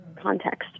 context